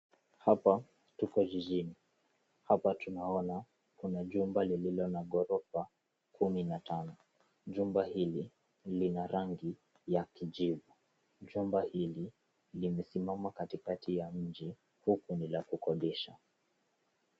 Hapa tuko jijini. Hapa tunaona kuna jumba lililo na ghorofa kumi na tano. Jumba hili lina rangi ya kijivu. Jumba hili limesimama katikati ya mji huku ni la kukodisha.